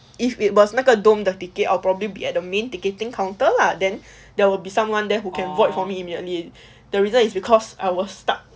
if it was 那个 dome the ticket I'll probably be at the main ticketing counter lah then there will be someone there who can void for me immediately the reason is because I was stuck